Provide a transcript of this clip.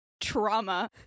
trauma